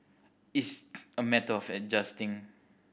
it's a matter of adjusting